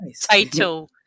Title